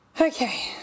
Okay